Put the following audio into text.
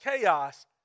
chaos